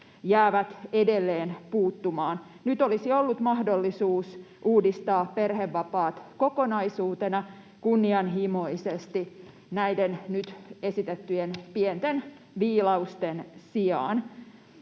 jäävät edelleen puuttumaan. Nyt olisi ollut mahdollisuus uudistaa perhevapaat kunnianhimoisesti kokonaisuutena näiden nyt esitettyjen pienten viilausten sijaan.